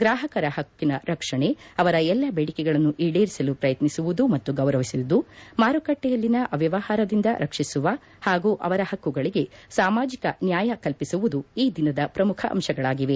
ಗ್ರಾಹಕರ ಹಕ್ಕುಗಳ ರಕ್ಷಣೆ ಅವರ ಎಲ್ಲ ಬೇಡಿಕೆಗಳನ್ನು ಈಡೇರಿಸಲು ಪ್ರಯತ್ತಿಸುವುದು ಮತ್ತು ಗೌರವಿಸುವುದು ಮಾರುಕಟ್ರೆಯಲ್ಲಿನ ಅವ್ಯವಹಾರದಿಂದ ರಕ್ಷಿಸುವ ಹಾಗೂ ಅವರ ಹಕ್ಕುಗಳಿಗೆ ಸಾಮಾಜಿಕ ನ್ಯಾಯ ಕಲ್ಪಿಸುವುದು ಈ ದಿನ ಪ್ರಮುಖ ಅಂಶಗಳಾಗಿವೆ